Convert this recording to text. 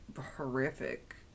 horrific